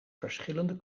verschillende